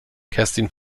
kerstin